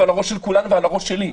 על הראש של כולנו ועל הראש שלי.